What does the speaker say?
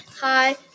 Hi